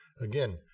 again